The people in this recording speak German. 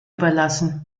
überlassen